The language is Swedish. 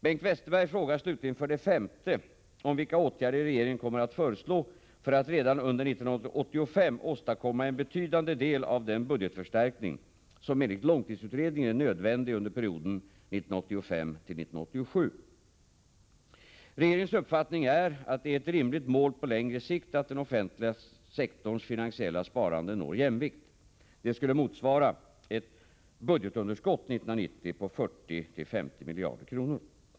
Bengt Westerberg frågar slutligen för det femte om vilka åtgärder regeringen kommer att föreslå för att redan under 1985 åstadkomma en betydande del av den budgetförstärkning som enligt långtidsutredningen är nödvändig under perioden 1985-1987. Regeringens uppfattning är att det är ett rimligt mål på längre sikt att den offentliga sektorns finansiella sparande når jämvikt. Det skulle motsvara ett budgetunderskott 1990 på 40-50 miljarder kronor.